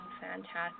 fantastic